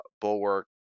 bulwark